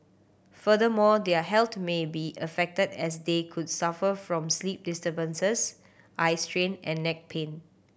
furthermore their health may be affected as they could suffer from sleep disturbances eye strain and neck pain